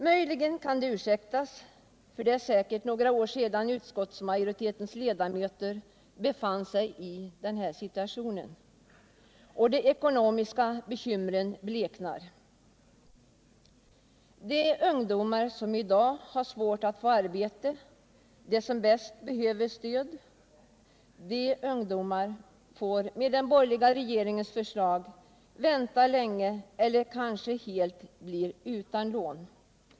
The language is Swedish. Möjligen kan de ursäktas, för det är säkert några år sedan utskottsmajoritetens ledamöter befann sig i.den här situationen, och de ekonomiska bekymren bleknar. De ungdomar som i dag har svårt att få arbete, de som bäst behöver stöd, får genom den borgerliga regeringens förslag vänta länge eller blir kanske helt utan lån.